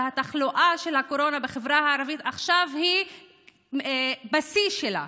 התחלואה של הקורונה בחברה הערבית עכשיו היא בשיא שלה.